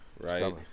right